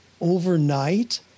overnight